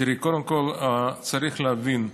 תראי, קודם כול צריך להבין: